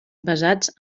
basats